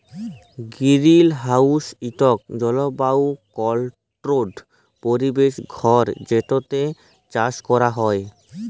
greenhouse ইকট জলবায়ু controlled পরিবেশ ঘর যেটতে চাষ ক্যরা হ্যয়